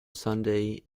sunday